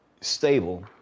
stable